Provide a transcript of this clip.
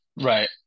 right